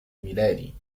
ميلادي